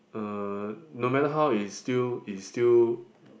uh no matter how is still is still